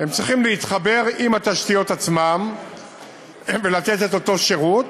צריכים להתחבר עם התשתיות עצמן ולתת את אותו שירות,